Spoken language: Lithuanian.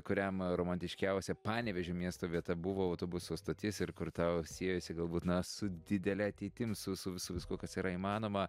kuriam romantiškiausia panevėžio miesto vieta buvo autobusų stotis ir kur tau siejosi galbūt na su didele ateitim su su su viskuo kas yra įmanoma